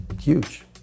huge